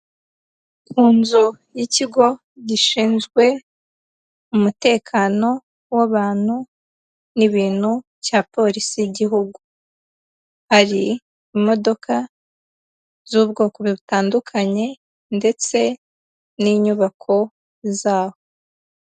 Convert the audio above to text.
Ku nzu y'ikigo gishinzwe umutekano w'abantu n'ibintu cya polisi y'igihugu, ari imodoka z'ubwoko butandukanye ndetse n'inyubako zaho.